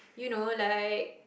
you know like